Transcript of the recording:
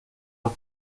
los